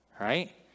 right